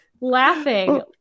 laughing